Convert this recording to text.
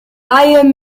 leihe